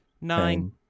Nine